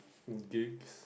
gigs